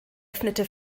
öffnete